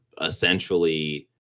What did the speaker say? essentially